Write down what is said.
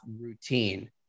routine